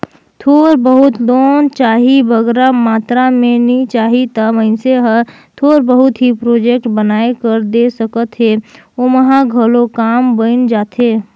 थोर बहुत लोन चाही बगरा मातरा में नी चाही ता मइनसे हर थोर बहुत ही प्रोजेक्ट बनाए कर दे सकत हे ओम्हां घलो काम बइन जाथे